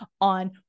on